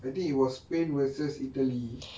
I think it was spain versus italy